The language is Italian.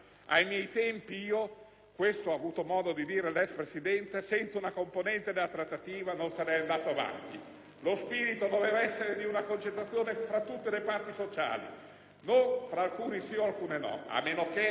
questo ha avuto modo di dire l'ex Presidente - «senza una componente della trattativa non sarei andato avanti». Lo spirito doveva essere quello di una concertazione tra tutte le parti sociali, non tra alcune sì ed altre no, a meno che non si voglia